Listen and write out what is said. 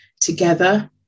together